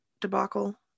debacle